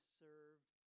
served